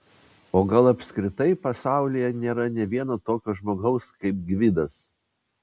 o gal apskritai pasaulyje nėra nė vieno tokio žmogaus kaip gvidas